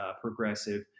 progressive